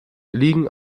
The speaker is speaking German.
liegen